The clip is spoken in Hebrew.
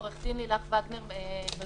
עורכת דין לילך וגנר בזום,